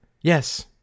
Yes